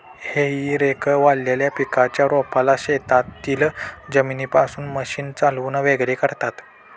हेई रेक वाळलेल्या पिकाच्या रोपाला शेतातील जमिनीपासून मशीन चालवून वेगळे करतात